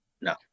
No